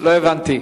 לא הבנתי.